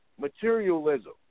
materialism